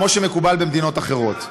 כמו שמקובל במדינות אחרות.